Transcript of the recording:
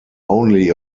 only